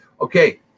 Okay